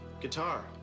Guitar